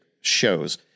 shows